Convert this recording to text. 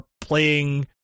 playing